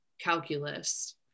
calculus